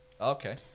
Okay